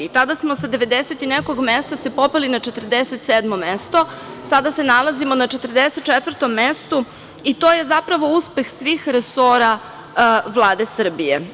Tada smo se sa devedeset i nekog mesta popeli na 47. mesto, a sada se nalazimo na 44. mestu, i to je zapravo uspeh svih resora Vlade Srbije.